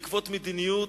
והתקוות של עם ישראל